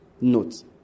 note